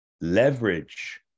Leverage